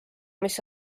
mis